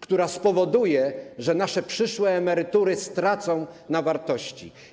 która spowoduje, że nasze przyszłe emerytury stracą na wartości.